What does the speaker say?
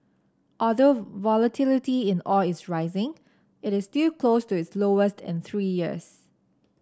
although volatility in oil is rising it is still close to its lowest in three years